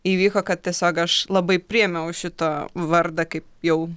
įvyko kad tiesiog aš labai priėmiau šitą vardą kaip jau